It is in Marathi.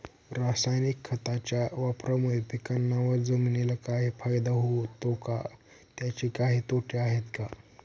रासायनिक खताच्या वापरामुळे पिकांना व जमिनीला काही फायदा होतो का? त्याचे काही तोटे आहेत का?